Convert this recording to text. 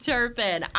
Turpin